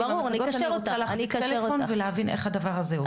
אני רוצה להחזיק את הטלפון ולהבין איך הדבר הזה עובד.